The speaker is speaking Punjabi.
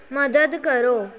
ਮਦਦ ਕਰੋ